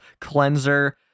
cleanser